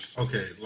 okay